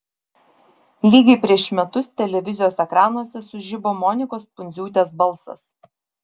lygiai prieš metus televizijos ekranuose sužibo monikos pundziūtės balsas